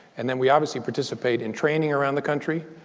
and then, we obviously participate in training around the country.